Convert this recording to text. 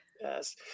Yes